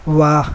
वाह